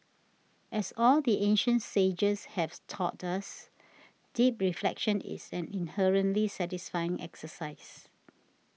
as all the ancient sages have taught us deep reflection is an inherently satisfying exercise